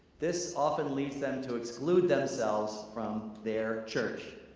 this often leads them to exclude themselves from their church.